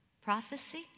prophecy